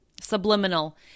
subliminal